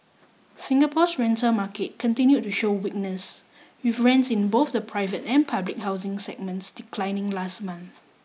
Singapore's rental market continued to show weakness with rents in both the private and public housing segments declining last month